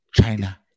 China